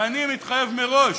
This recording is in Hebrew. ואני מתחייב מראש.